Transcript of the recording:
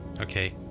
okay